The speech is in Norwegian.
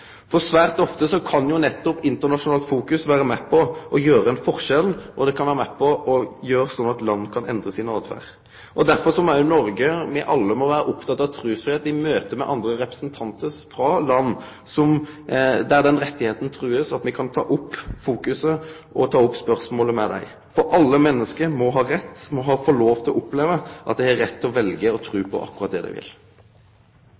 For svært ofte kan nettopp internasjonalt fokus vere med på å gjere ein forskjell, og det kan vere med på å bidra til at land kan endre si åtferd. Og derfor må me alle i Noreg vere opptekne av trusfridom i møte med representantar frå land der den retten blir trua. Me må fokusere på det og ta opp spørsmålet med dei. For alle menneske må ha lov til å oppleve at dei har rett til å velje å